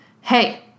hey